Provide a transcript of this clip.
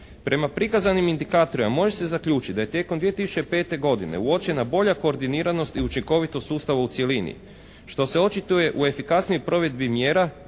Prema prikazanim indikatorima može se zaključiti da je tijekom 2005. godine uočena bolja koordiniranost i učinkovitost sustava u cjelini što se očituje u efikasnijoj provedbi mjera,